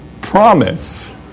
promise